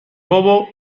bobo